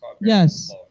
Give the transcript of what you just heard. yes